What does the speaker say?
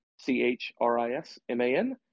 chrisman